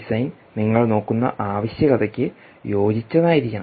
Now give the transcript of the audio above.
design നിങ്ങൾ നോക്കുന്ന ആവശ്യകതയ്ക്ക് യോജിച്ചതായിരിക്കണം